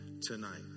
Tonight